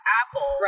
apple